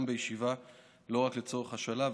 גם בישיבה ולא רק לצורך השאלה,